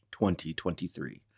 2023